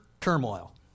turmoil